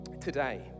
today